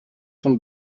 von